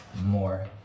more